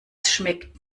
schmeckt